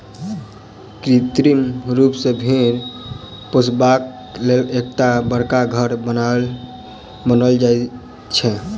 कृत्रिम रूप सॅ भेंड़ पोसबाक लेल एकटा बड़का घर बनाओल जाइत छै